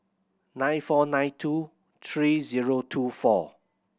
nine four nine two three zero two four